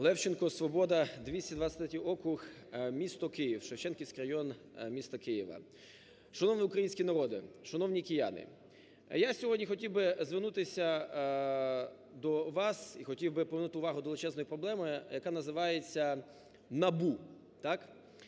Левченко, "Свобода", 223 округ, місто Київ, Шевченківський район міста Києва. Шановний український народе, шановні кияни, я сьогодні хотів би звернутися до вас і хотів би привернути увагу до величезної проблеми, яка називається НАБУ.